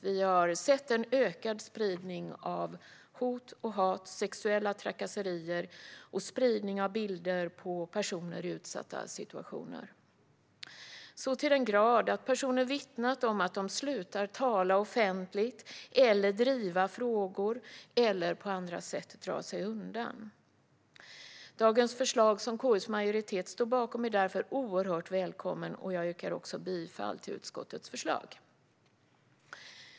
Vi har sett en ökad spridning av hot och hat, sexuella trakasserier och spridning av bilder på personer i utsatta situationer - så till den grad att personer vittnat om att de slutar att tala offentligt och driva frågor och att de på andra sätt drar sig undan. Dagens förslag, som KU:s majoritet står bakom, är därför oerhört välkommet, och jag yrkar bifall till utskottets förslag.